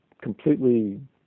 completely